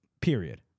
Period